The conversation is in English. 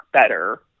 better